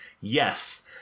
yes